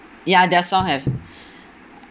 ya their song have